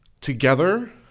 together